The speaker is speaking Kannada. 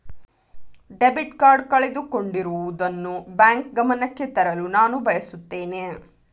ಡೆಬಿಟ್ ಕಾರ್ಡ್ ಕಳೆದುಕೊಂಡಿರುವುದನ್ನು ಬ್ಯಾಂಕ್ ಗಮನಕ್ಕೆ ತರಲು ನಾನು ಬಯಸುತ್ತೇನೆ